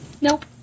nope